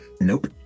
nope